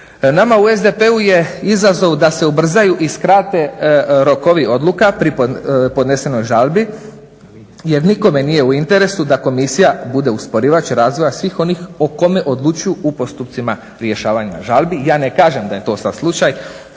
Nama u SDP-u je izazov da se ubrzaju i skrate rokovi odluka pri podnesenoj žalbi jer nikome nije u interesu da Komisija bude usporivač razvoja svih onih o kome odlučuju u postupcima rješavanja žalbi. I ja ne kažem da je to sad slučaj,